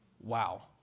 Wow